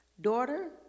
Daughter